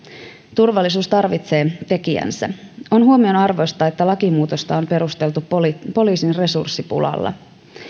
turvallisuus tarvitsee tekijänsä on huomionarvoista että lakimuutosta on perusteltu poliisin resurssipulalla